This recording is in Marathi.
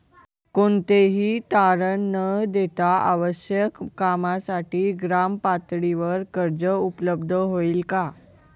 कोणतेही तारण न देता आवश्यक कामासाठी ग्रामपातळीवर कर्ज उपलब्ध होईल का?